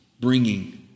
bringing